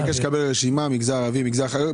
אני מבקש לקבל רשימה במגזר הערבי והחרדי.